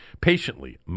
patiently